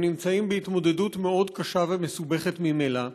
הם נמצאים בהתמודדות מאוד קשה ומסובכת ממילא,